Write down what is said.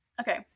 Okay